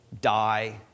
die